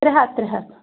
ترٛےٚ ہَتھ ترٛےٚ ہَتھ